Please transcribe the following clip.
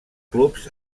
clubs